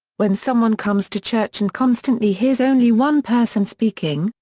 when someone comes to church and constantly hears only one person speaking,